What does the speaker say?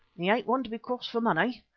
he ain't one to be crossed for money.